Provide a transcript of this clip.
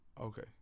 Okay